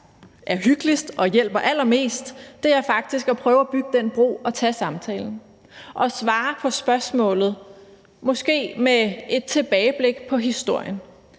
mest hyggeligt og hjælper allermest, er faktisk at prøve at bygge den bro og tage samtalen og svare på spørgsmålet med måske et tilbageblik på historien.